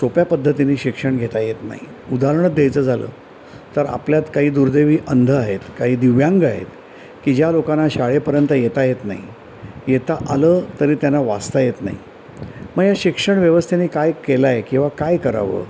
सोप्या पद्धतीने शिक्षण घेता येत नाही उदाहरणत द्यायचं झालं तर आपल्यात काही दुर्दैवी अंध आहेत काही दिव्यांग आहेत की ज्या लोकांना शाळेपर्यंत येता येत नाही येता आलं तरी त्यांना वाचता येत नाही मग या शिक्षण व्यवस्थेने काय केलं आहे किंवा काय करावं